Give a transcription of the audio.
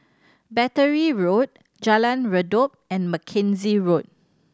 Battery Road Jalan Redop and Mackenzie Road